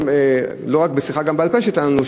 לא רק מהשיחה בעל-פה שהייתה לנו,